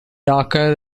darker